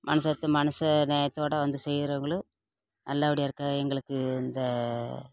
மனசு ஒற்று மனசு நேயத்தோடய வந்து செய்யறவங்களும் நல்லபடியாக இருக்கற எங்களுக்கு இந்த